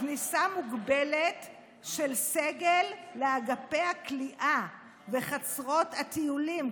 "כניסה מוגבלת של סגל לאגפי הכליאה" וחצרות הטיולים.